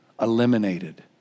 eliminated